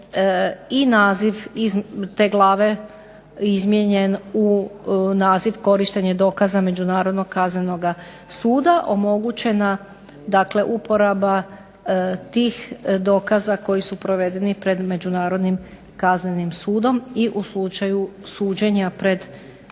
i naziv iz te glave izmijenjen u naziv Korištenje dokaza Međunarodnog kaznenog suda omogućena uporaba tih dokaza koji su provedeni pred Međunarodnim kaznenim sudom i u slučaju suđenja pred